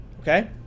Okay